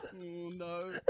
no